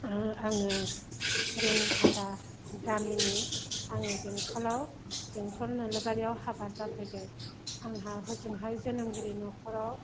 आङो रुनिकाटा गामिनि आङो बेंट'लाव बेंटल नोलोबारियाव हाबा जाफैदों आंहा हजोंहाय जोनोमगिरि न'खराव